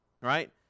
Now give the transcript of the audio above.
right